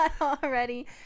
already